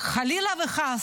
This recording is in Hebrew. חלילה וחס.